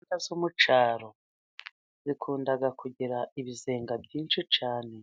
Imbuga zo mu cyaro zikunda kugira ibizenga byinshi cyane